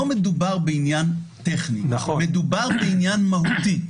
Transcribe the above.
לא מדובר בעניין טכני, מדובר בעניין מהותי.